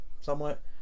somewhat